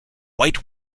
white